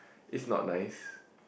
it's not nice